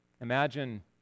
Imagine